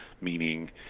meaning